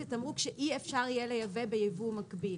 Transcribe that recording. תמרוק שאי אפשר יהיה לייבא ביבוא מקביל.